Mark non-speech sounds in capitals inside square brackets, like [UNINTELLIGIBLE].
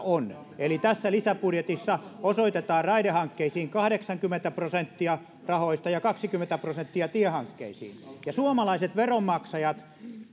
[UNINTELLIGIBLE] on eli tässä lisäbudjetissa osoitetaan raidehankkeisiin kahdeksankymmentä prosenttia rahoista ja kaksikymmentä prosenttia tiehankkeisiin suomalaiset veronmaksajat